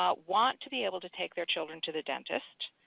ah want to be able to take their children to the dentist,